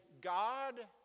God